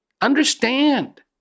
understand